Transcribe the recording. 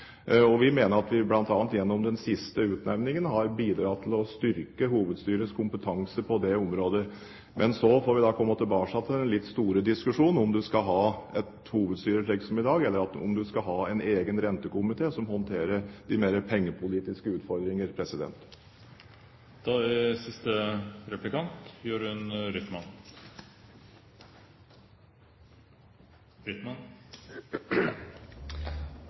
Og vi mener at vi bl.a. gjennom den siste utnevningen har bidratt til å styrke hovedstyrets kompetanse på det området. Men så får vi komme tilbake til den litt store diskusjonen, om en skal ha et hovedstyre, slik som i dag, eller om en skal ha en egen rentekomité som håndterer de mer pengepolitiske utfordringer. Synes finansministeren at det er